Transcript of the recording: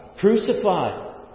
crucified